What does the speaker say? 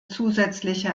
zusätzliche